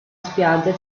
spiaggia